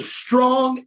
strong